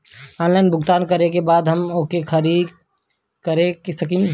Online भुगतान करे के बाद हम ओके खारिज कर सकेनि?